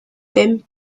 thème